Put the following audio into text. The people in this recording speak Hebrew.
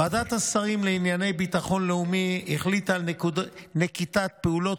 ועדת השרים לענייני ביטחון לאומי החליטה על נקיטת פעולות